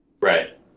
Right